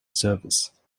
service